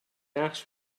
ash